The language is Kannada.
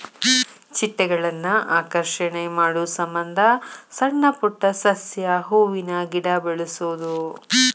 ಚಿಟ್ಟೆಗಳನ್ನ ಆಕರ್ಷಣೆ ಮಾಡುಸಮಂದ ಸಣ್ಣ ಪುಟ್ಟ ಸಸ್ಯ, ಹೂವಿನ ಗಿಡಾ ಬೆಳಸುದು